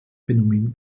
phänomen